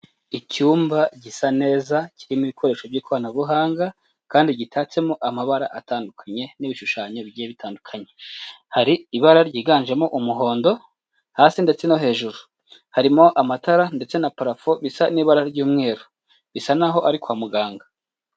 Icyumba gisa neza kirimo ibikoresho by'ikoranabuhanga kandi gitatsemo amabara atandukanye n'ibishushanyo bigiye bitandukanye. Hari ibara ryiganjemo umuhondo hasi ndetse no hejuru. Harimo amatara ndetse na parafo bisa n'ibara ry'umweru. Bisa naho ari kwa muganga.